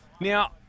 Now